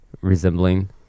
resembling